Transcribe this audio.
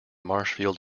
marshfield